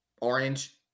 Orange